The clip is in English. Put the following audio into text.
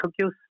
Tokyo